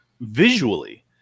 visually